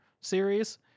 Series